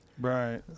Right